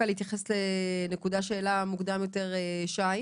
לחזור ולהתייחס לנקודה שהעלה מוקדם יותר שי.